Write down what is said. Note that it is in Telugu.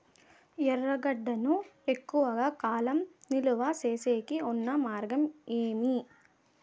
ఎర్రగడ్డ ను ఎక్కువగా కాలం నిలువ సేసేకి ఉన్న మార్గం ఏమి?